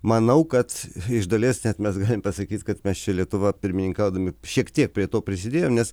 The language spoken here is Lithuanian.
manau kad iš dalies net mes galim pasakyt kad mes čia lietuva pirmininkaudami šiek tiek prie to prisidėjom nes